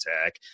attack